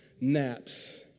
Naps